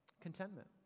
Contentment